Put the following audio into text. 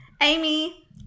Amy